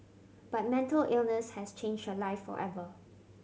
but mental illness has change her life forever